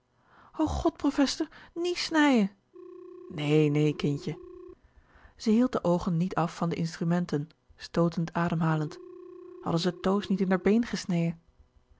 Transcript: god profester niet snijel nee nee kindje ze hield de oogen niet af van de instrumenten stootend ademhalend hadden ze toos niet in d'r been gesneje